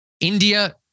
India